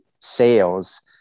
sales